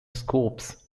scopes